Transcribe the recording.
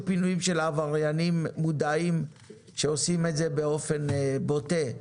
פינויים של עבריינים מודעים שעושים את זה באופן בוטה,